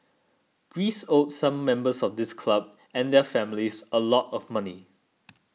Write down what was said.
Greece owed some members of this club and their families a lot of money